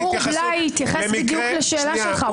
גור בליי התייחס בדיוק לשאלה שלך,